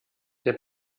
der